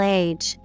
age